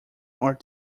are